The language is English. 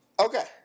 Okay